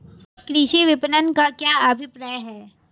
कृषि विपणन का क्या अभिप्राय है?